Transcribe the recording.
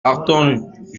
partons